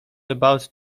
about